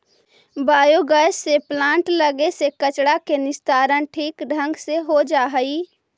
biogas के plant लगे से कचरा के निस्तारण ठीक ढंग से हो जा हई